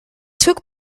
took